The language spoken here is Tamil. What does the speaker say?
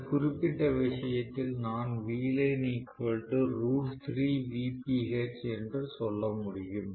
இந்த குறிப்பிட்ட விஷயத்தில் நான் என்று சொல்ல முடியும்